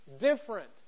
different